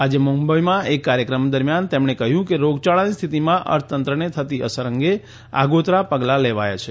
આજે મુંબઇમાં એક કાર્યક્રમ દરમિયાન તેમણે કહ્યું કે રોગયાળાની સ્થિતિમાં અર્થતંત્રને થતી અસર અંગે આગોતરાં પગલાં લેવાયાં છે